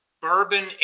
bourbon